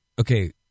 okay